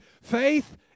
Faith